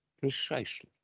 Precisely